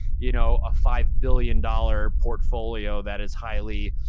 you know a five billion dollars portfolio that is highly,